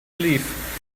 leave